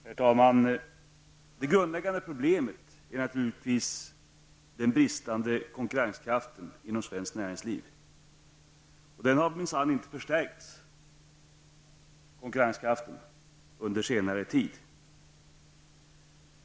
Herr talman! Det grundläggande problemet är naturligtvis den bristande konkurrenskraft inom svenskt näringsliv, och denna har minsann inte förstärkts under senare tid.